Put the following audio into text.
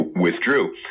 withdrew